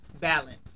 Balance